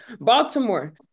Baltimore